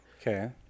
Okay